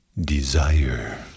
desire